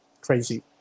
crazy